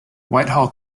whitehall